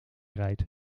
rijdt